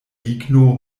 ligno